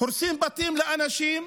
הורסים בתים לאנשים,